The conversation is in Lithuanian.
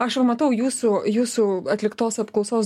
aš jau matau jūsų jūsų atliktos apklausos